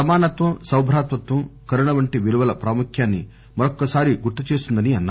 సమానత్వం సౌభాతృత్వం కరుణ వంటి విలువల ప్రాముఖ్యాన్ని మరొక్కసారి గుర్తు చేస్తుందన్నారు